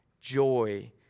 joy